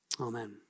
Amen